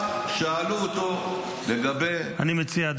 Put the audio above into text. שאלו אותו לגבי --- אני מציע,